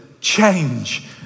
change